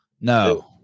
no